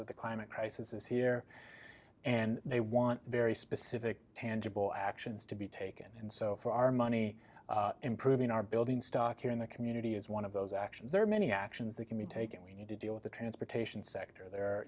that the climate crisis is here and they want very specific tangible actions to be taken and so for our money improving our building stock here in the community is one of those actions there are many actions that can be taken we need to deal with the transportation sector there